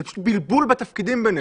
זה פשוט בלבול בתפקידים בינינו.